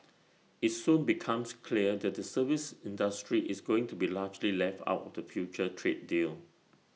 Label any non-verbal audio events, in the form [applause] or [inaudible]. [noise] IT soon becomes clear that the services industry is going to be largely left out of the future trade deal